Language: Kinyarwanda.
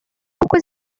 kuko